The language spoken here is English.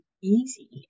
easy